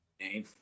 name